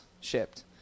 shipped